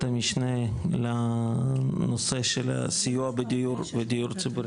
המשנה לנושא של הסיוע בדיור ציבורי.